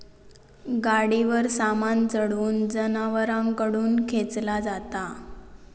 गाडीवर सामान चढवून जनावरांकडून खेंचला जाता